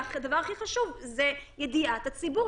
והדבר הכי חשוב זה ידיעת הציבור,